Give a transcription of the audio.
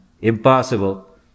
Impossible